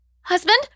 Husband